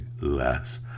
Less